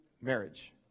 marriage